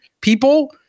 people